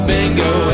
Bingo